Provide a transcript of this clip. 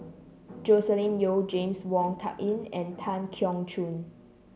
Joscelin Yeo James Wong Tuck Yim and Tan Keong Choon